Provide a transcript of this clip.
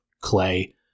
Clay